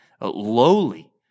lowly